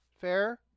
fair